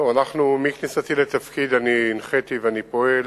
מכניסתי לתפקיד הנחיתי ואני פועל,